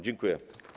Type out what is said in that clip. Dziękuję.